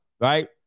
right